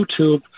YouTube